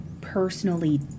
Personally